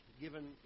given